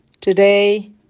Today